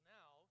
now